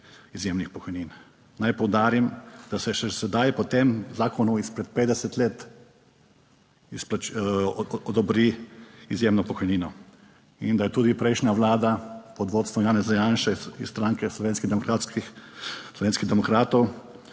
izjemnih pokojnin. Naj poudarim, da se še sedaj po tem zakonu izpred 50 let odobri izjemno pokojnino in da je tudi prejšnja vlada pod vodstvom Janeza Janše iz stranke slovenskih demokratskih,